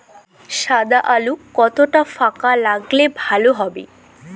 সাদা আলু কতটা ফাকা লাগলে ভালো হবে?